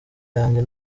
yanjye